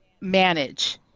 manage